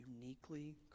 uniquely